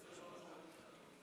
תודה רבה.